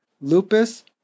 lupus